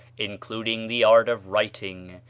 including the art of writing,